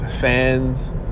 fans